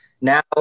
Now